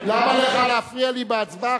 למה לך להפריע לי בהצבעה,